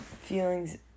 feelings